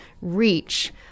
reach